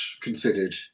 considered